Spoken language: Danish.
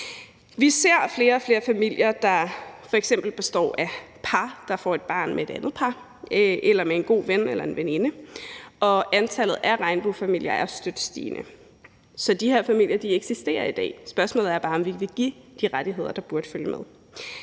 Vi ser flere og flere familier, der f.eks. består af et par, der får et barn med et andet par eller med en god ven eller en veninde, og antallet af regnbuefamilier er støt stigende. Så de her familier eksisterer i dag. Spørgsmålet er bare, om vi vil give de rettigheder, der burde følge med.